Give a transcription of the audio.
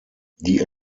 die